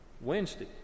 Wednesday